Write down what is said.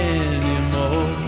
anymore